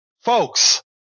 folks